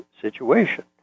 situation